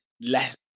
less